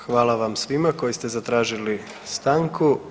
Hvala vam svima koji ste zatražili stanku.